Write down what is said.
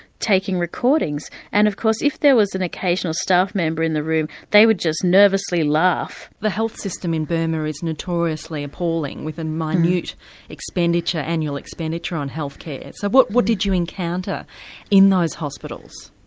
taking recordings. and of course if there was an occasional staff member in the room they would just nervously laugh. the health system in burma is notoriously appalling with a minute expenditure, annual expenditure on health care. so what what did you encounter in those hospitals?